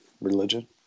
religion